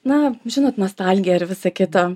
na žinot nostalgija ir visa kita